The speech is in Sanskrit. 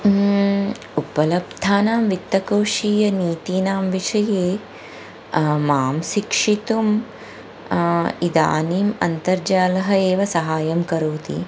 उपलब्धानां वित्तकोशीयनीतिनां विषये मां शिक्षितुम् इदानीम् अन्तर्जालः एव सहायं करोति